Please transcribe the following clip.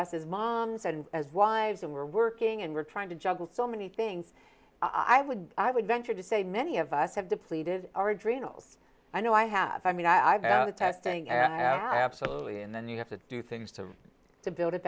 us as moms and as wives and we're working and we're trying to juggle so many things i would i would venture to say many of us have depleted our adrenals i know i have i mean i've that thing absolutely and then you have to do things to to build it